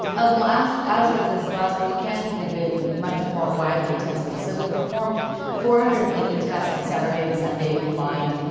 ah well ask as of this last weekend, we've been much more widely testing. so we performed four hundred and eighty tests on saturday and sunday combined,